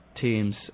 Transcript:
teams